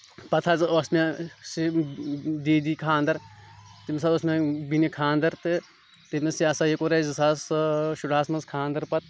پَتہٕ حظ اوس مےٚ دی دی خانٛدر تَمہِ ساتہٕ اوس مےٚ بینہِ خانٛدر تہٕ تٔمِس یہِ ہسا یہِ کوٚر اَسہِ زٕ ساس شُراہَس منٛز خانٛدر پَتہٕ